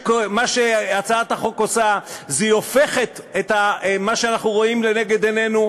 מה שהצעת החוק עושה זה הופכת את מה שאנחנו רואים לנגד עינינו,